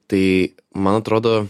tai man atrodo